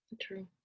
True